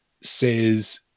says